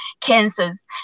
cancers